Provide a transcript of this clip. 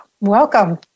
welcome